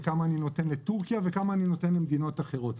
וכמה אני נותן לטורקיה וכמה אני נותן למדינות אחרות.